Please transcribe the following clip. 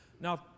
Now